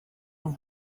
have